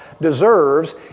deserves